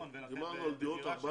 דיברנו על דירות ארבעה חדרים.